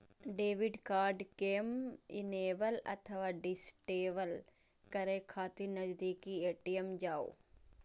debit card कें enable अथवा disable करै खातिर नजदीकी ए.टी.एम जाउ